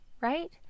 right